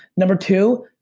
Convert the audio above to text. number two,